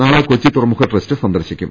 നാളെ കൊച്ചി തുറമുഖ ട്രസ്റ്റ് സന്ദർശിക്കും